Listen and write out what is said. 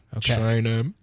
China